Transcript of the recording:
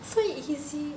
so easy